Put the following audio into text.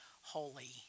holy